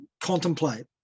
contemplate